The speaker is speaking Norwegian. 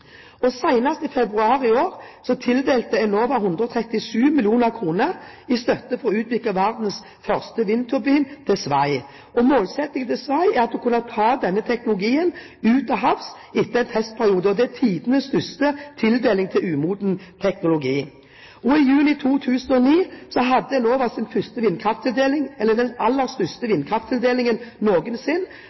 Enova. Senest i februar i år tildelte Enova 137 mill. kr i støtte til SWAY for å utvikle verdens største vindturbin. Målsettingen til SWAY er å kunne ta denne teknologien ut til havs etter en testperiode. Dette er tidenes største tildeling til umoden teknologi. I juni 2009 hadde Enova sin aller største vindkrafttildeling noensinne, med 1,1 mrd. kr fordelt på fire prosjekter. Dette er bare noen